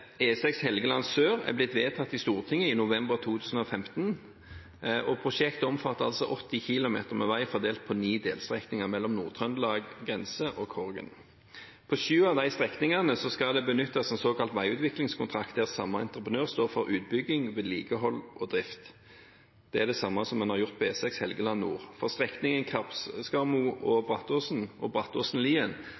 Helgeland nord. E6 Helgeland sør er blitt vedtatt i Stortinget, i november 2015, og prosjektet omfatter altså 80 km med vei fordelt på ni delstrekninger mellom Nord-Trøndelag grense og Korgen. På sju av de strekningene skal det benyttes en såkalt veiutviklingskontrakt, der samme entreprenør står for utbygging, vedlikehold og drift. Det er det samme som en har gjort på E6 Helgeland nord. På strekningen Kappskarmo–Brattåsen og